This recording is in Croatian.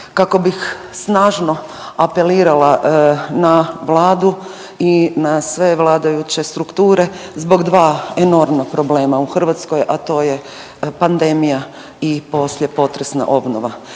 kako bih snažno apelirala na Vladu i na sve vladajuće strukture zbog dva enormna problema u Hrvatskoj, a to je pandemija i posljepotresna obnova.